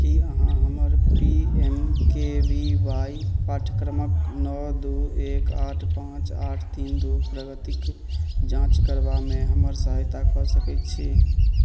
की अहाँ हमर P M K V Y पाठ्यक्रमक नओ दू एक आठ पाँच आठ तीन दू प्रगतिक जाँच करबामे हमर सहायता कऽ सकैत छी